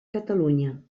catalunya